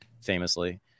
famously